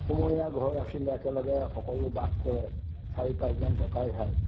সমূহীয়া ঘৰ আছিলে একেলগে সকলো বাস কৰে চাৰি পাঁচজন ককাই ভাই